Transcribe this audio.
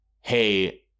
hey